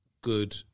good